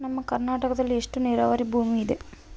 ನಮ್ಮ ಕರ್ನಾಟಕದಲ್ಲಿ ಎಷ್ಟು ನೇರಾವರಿ ಭೂಮಿ ಇದೆ?